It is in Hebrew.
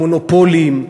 המונופולים,